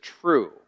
true